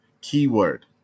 keyword